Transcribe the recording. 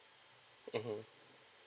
mmhmm